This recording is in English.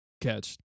Catch